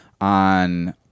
on